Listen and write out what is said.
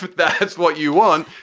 that's what you want.